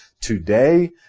Today